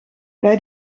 bij